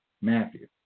Matthew